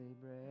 bread